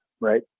Right